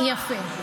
יפה.